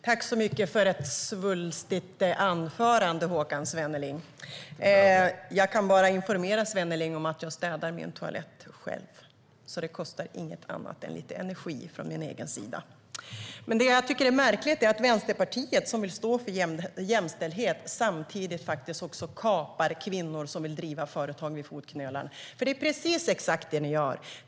Herr talman! Tack, Håkan Svenneling, för ett svulstigt inlägg! Jag kan informera Svenneling om att jag städar min toalett själv. Det kostar inget annat än lite energi från min egen sida. Det är märkligt att Vänsterpartiet, som vill stå för jämställdhet, samtidigt kapar kvinnor som vill driva företag jäms med fotknölarna. Det är nämligen exakt det ni gör.